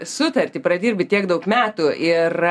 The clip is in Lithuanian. sutartį pradirbi tiek daug metų ir